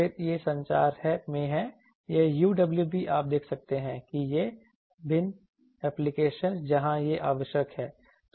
फिर ये संचार में हैं यह UWB आप देख सकते हैं कि ये विभिन्न एप्लीकेशनस जहां ये आवश्यक हैं